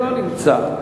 לא נמצא,